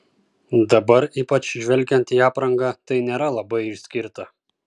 dabar ypač žvelgiant į aprangą tai nėra labai išskirta